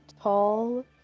tall